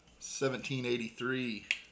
1783